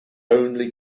only